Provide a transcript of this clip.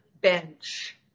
bench